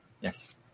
Yes